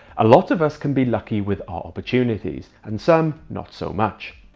a lot of us can be lucky with our opportunities and some not so much.